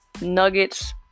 nuggets